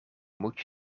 moet